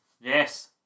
yes